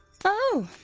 oh!